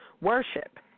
worship